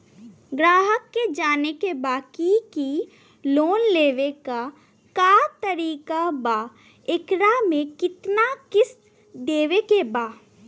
ग्राहक के जाने के बा की की लोन लेवे क का तरीका बा एकरा में कितना किस्त देवे के बा?